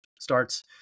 starts